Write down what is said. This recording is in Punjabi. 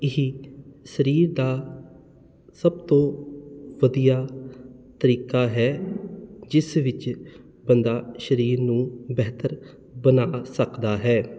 ਇਹ ਸਰੀਰ ਦਾ ਸਭ ਤੋਂ ਵਧੀਆ ਤਰੀਕਾ ਹੈ ਜਿਸ ਵਿੱਚ ਬੰਦਾ ਸਰੀਰ ਨੂੰ ਬਹਿਤਰ ਬਣਾ ਸਕਦਾ ਹੈ